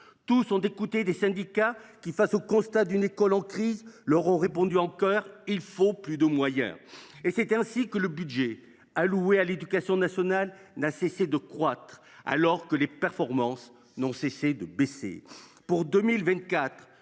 tous ont écouté des syndicats qui, face au constat d’une école en crise, leur ont répondu en chœur :« Il faut plus de moyens !» C’est ainsi que le budget alloué à l’éducation nationale n’a cessé de croître, alors que les performances n’ont cessé de baisser.